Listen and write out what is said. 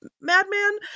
madman